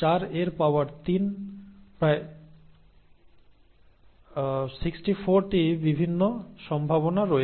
4 এর পাওয়ার 3 প্রায় 64 টি বিভিন্ন সম্ভাবনা রয়েছে